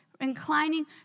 inclining